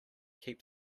keep